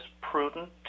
prudent